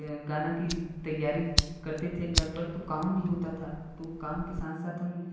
गाना की तैयारी करते थे घर पर तो काम भी होता था तो काम के साथ साथ हम